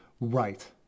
Right